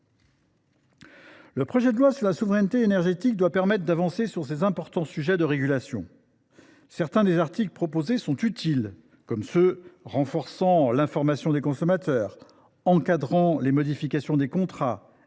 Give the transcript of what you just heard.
Le projet de loi sur la souveraineté énergétique doit permettre d’avancer sur ces importants sujets de régulation. Certains des articles proposés sont utiles, comme ceux qui tendent à renforcer l’information des consommateurs, à encadrer les modifications des contrats,